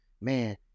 man